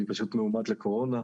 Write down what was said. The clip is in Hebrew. אני פשוט מאומת לקורונה.